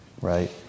right